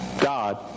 God